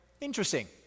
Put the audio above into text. Interesting